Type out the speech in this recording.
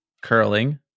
curling